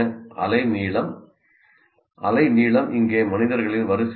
அலைநீளம் அலைநீளம் இங்கே மனிதர்களின் வரிசையாகும்